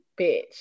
bitch